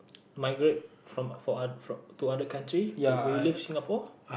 migrate from for to other country will will you leave Singapore